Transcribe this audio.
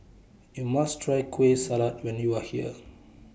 YOU must Try Kueh Salat when YOU Are here